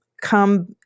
come